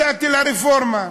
מצאתי לה רפורמה.